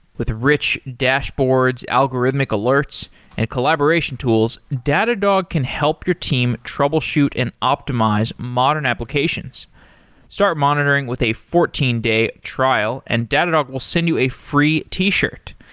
with rich dashboards, algorithmic alerts and collaboration tools, datadog can help your team troubleshoot and optimize modern applications start monitoring with a fourteen day trial and datadog will send you a free t-shirt.